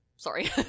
sorry